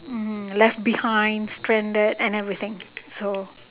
mm left behind stranded and everything so